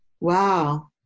Wow